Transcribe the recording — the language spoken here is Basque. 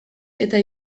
eta